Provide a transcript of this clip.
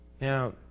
Now